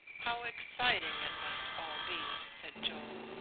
how exciting it must all be, said joe.